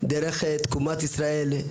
דרך תקומת ישראל,